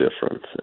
difference